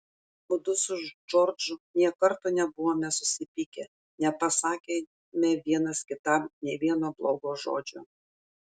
mudu su džordžu nė karto nebuvome susipykę nepasakėme vienas kitam nė vieno blogo žodžio